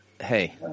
Hey